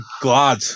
glad